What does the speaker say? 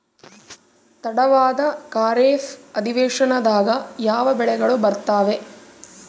ತಡವಾದ ಖಾರೇಫ್ ಅಧಿವೇಶನದಾಗ ಯಾವ ಬೆಳೆಗಳು ಬರ್ತಾವೆ?